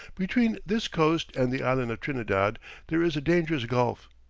between this coast and the island of trinidad there is a dangerous gulf,